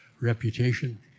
reputation